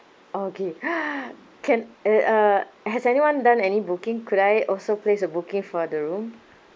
okay can and uh has anyone done any booking could I also place a booking for the room